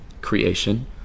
creation